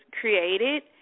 created